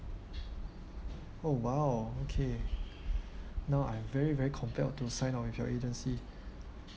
oh !wow! okay now I'm very very confirmed want to sign up with your agency